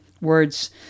words